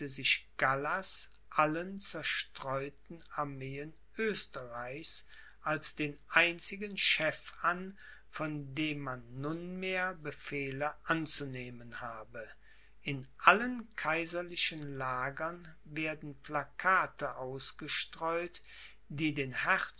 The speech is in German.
sich gallas allen zerstreuten armeen oesterreichs als den einzigen chef an von dem man nunmehr befehle anzunehmen habe in allen kaiserlichen lagern werden plakate ausgestreut die den